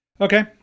Okay